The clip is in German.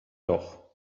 doch